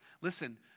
Listen